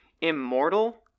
immortal